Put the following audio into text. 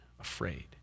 afraid